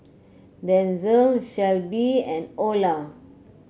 Denzel Shelbie and Olar